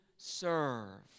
serve